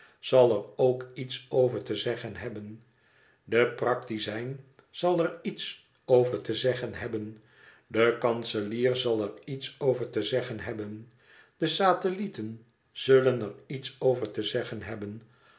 zal er ook iets over te zeggen hebben de praktizijn zal er iets over te zeggen hebben de kanselier zal er iets over te zeggen hebben de satellieten zullen er iets over te zeggen hebben